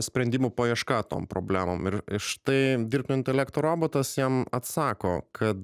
sprendimų paieška tom problemom ir štai dirbtinio intelekto robotas jam atsako kad